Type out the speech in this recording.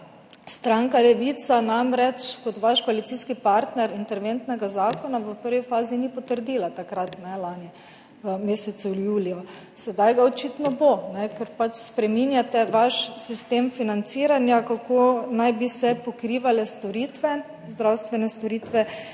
stranka Levica namreč kot vaš koalicijski partner interventnega zakona v prvi fazi ni potrdila takrat lani v mesecu juliju. Sedaj ga očitno bo, ker pač spreminjate vaš sistem financiranja, kako naj bi se pokrivale zdravstvene storitve